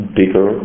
bigger